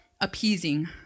appeasing